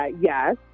yes